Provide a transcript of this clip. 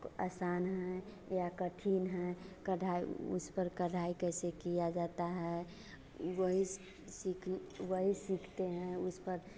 तो आसान है या कठिन है कढ़ाई उस पर कढ़ाई कैसे किया जाता है वही सीखने वही सीखते हैं उस पर